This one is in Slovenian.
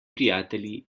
prijatelji